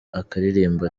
akaririmba